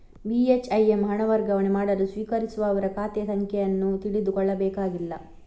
ಬಿ.ಹೆಚ್.ಐ.ಎಮ್ ಹಣ ವರ್ಗಾವಣೆ ಮಾಡಲು ಸ್ವೀಕರಿಸುವವರ ಖಾತೆ ಸಂಖ್ಯೆ ಅನ್ನು ತಿಳಿದುಕೊಳ್ಳಬೇಕಾಗಿಲ್ಲ